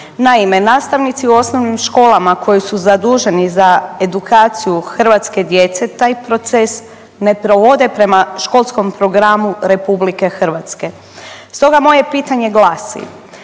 Naime, nastavnici u osnovnim školama koji su zaduženi za edukaciju hrvatske djece taj proces ne provode prema školskom programu Republike Hrvatske. Stoga moje pitanje glasi: